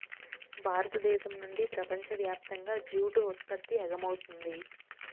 భారతదేశం నుండి ప్రపంచ వ్యాప్తంగా జూటు ఉత్పత్తి ఎగుమవుతుంది